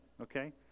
okay